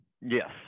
Yes